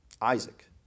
Isaac